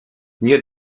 nie